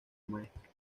maestro